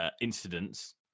incidents